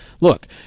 look –